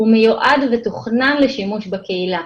הוא מיועד ותוכנן לשימוש בקהילה,